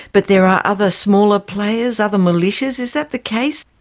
but there are other smaller players, other militias is that the case?